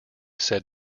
said